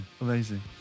Amazing